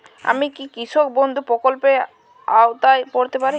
আমি কি কৃষক বন্ধু প্রকল্পের আওতায় পড়তে পারি?